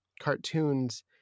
cartoons